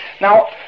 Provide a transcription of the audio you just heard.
Now